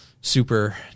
super